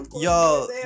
yo